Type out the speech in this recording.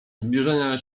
zbliżania